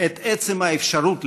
את עצם האפשרות לשלום.